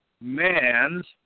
man's